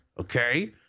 okay